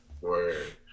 word